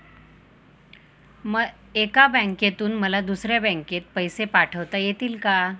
एका बँकेतून मला दुसऱ्या बँकेत पैसे पाठवता येतील का?